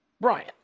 Brian